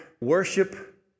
worship